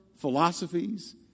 philosophies